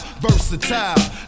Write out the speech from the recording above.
Versatile